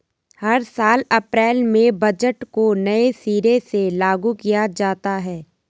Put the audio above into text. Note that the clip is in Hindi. हर साल अप्रैल में बजट को नये सिरे से लागू किया जाता है